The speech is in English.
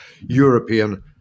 European